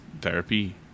therapy